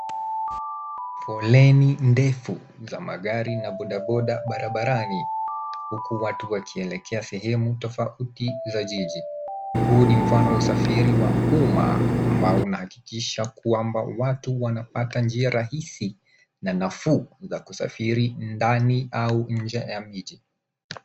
Foleni ndefu za magari na boda boda barabarani huku watu wakielekea sehemu tofauti za jiji. Huu ni mfano wa usafiri wa umma ambao unahakikisha kwamba watu wanapata njia rahisi na nafuu za kusafiri ndani au nje ya jiji.